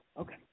Okay